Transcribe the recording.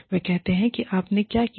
और वे कहते हैं आपने क्या किया